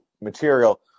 material